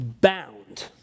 Bound